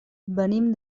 venim